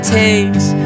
takes